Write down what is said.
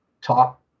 talk